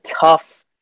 tough